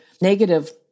negative